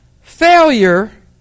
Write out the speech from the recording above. Failure